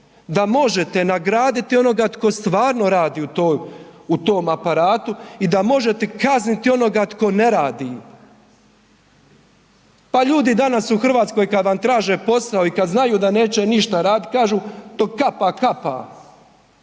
da možete nagraditi onoga tko stvarno radi u tom aparatu i da možete kazniti onoga tko neradi. Pa ljudi danas u Hrvatskoj kad vam traže posao i kad znaju da neće ništa raditi kažu dok kapa, kapa.